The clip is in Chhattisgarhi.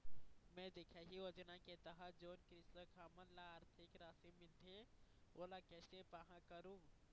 मैं दिखाही योजना के तहत जोन कृषक हमन ला आरथिक राशि मिलथे ओला कैसे पाहां करूं?